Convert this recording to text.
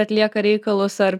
atlieka reikalus ar